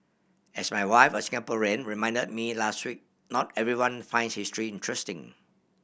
as my wife a Singaporean reminded me last week not everyone finds history interesting